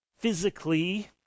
Physically